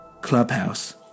clubhouse